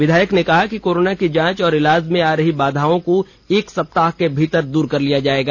विधायक ने कहा कि कोरोना की जांच और इलाज में आ रही बाधाओं को एक सप्ताह के भीतर दूर कर लिया जायेगा